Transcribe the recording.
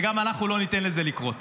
וגם אנחנו לא ניתן לזה לקרות.